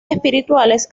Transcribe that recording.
espirituales